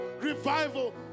Revival